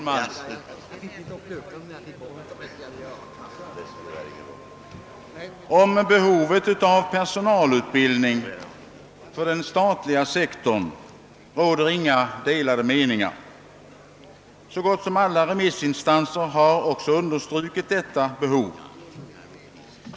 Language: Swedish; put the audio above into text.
Herr talman! Om behovet av perso nalutbildning på den statliga sektorn råder inga delade meningar. Så gott som alla remissinstanser har understrukit detta behov.